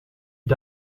est